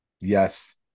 Yes